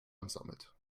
ansammelt